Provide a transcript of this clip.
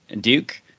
Duke